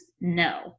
No